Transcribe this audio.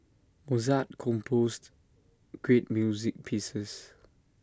Mozart composed great music pieces